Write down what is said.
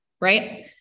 Right